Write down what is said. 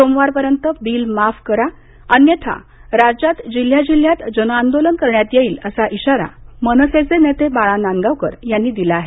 सोमवारपर्यंत बील माफ करा अन्यथा राज्यात जिल्ह्या जिल्ह्यात जनआंदोलन करण्यात येईल असा इशारा मनसेचे नेते बाळा नांदगावकर यांनी दिला आहे